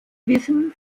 wissen